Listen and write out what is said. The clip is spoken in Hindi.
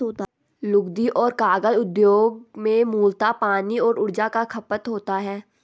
लुगदी और कागज उद्योग में मूलतः पानी और ऊर्जा का खपत होता है